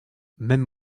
même